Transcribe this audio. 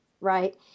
right